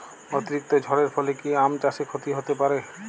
অতিরিক্ত ঝড়ের ফলে কি আম চাষে ক্ষতি হতে পারে?